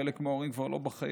חלק מההורים כבר לא בחיים.